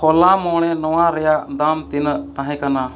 ᱦᱳᱞᱟ ᱢᱚᱬᱮ ᱱᱚᱣᱟ ᱨᱮᱭᱟᱜ ᱫᱟᱢ ᱛᱤᱱᱟᱹᱜ ᱛᱟᱦᱮᱸ ᱠᱟᱱᱟ